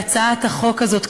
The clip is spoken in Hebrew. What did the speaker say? להצעת החוק הזאת,